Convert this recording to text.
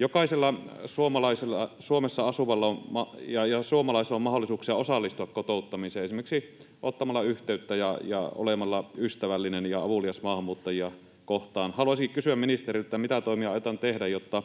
Jokaisella suomalaisella, Suomessa asuvalla ja suomalaisella, on mahdollisuuksia osallistua kotouttamiseen esimerkiksi ottamalla yhteyttä ja olemalla ystävällinen ja avulias maahanmuuttajia kohtaan. Haluaisinkin kysyä ministeriltä, mitä toimia aiotaan tehdä, jotta